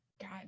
God